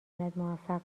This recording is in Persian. موفق